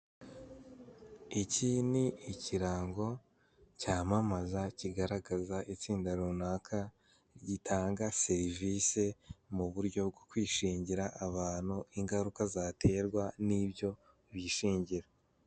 Iki ni ikirango cyamamaza kigaragaza itsinda runaka gitanga serivise mu buryo bwo kwishingira abantu ingaruka zaterwa n'ibyo bishingira.